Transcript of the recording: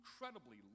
incredibly